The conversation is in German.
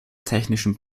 technischen